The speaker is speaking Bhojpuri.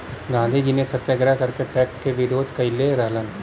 गांधीजी ने सत्याग्रह करके टैक्स क विरोध कइले रहलन